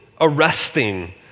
arresting